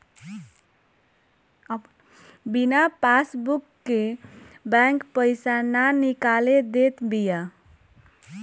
बिना पासबुक के बैंक पईसा ना निकाले देत बिया